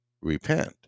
repent